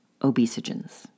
obesogens